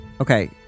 Okay